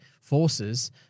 forces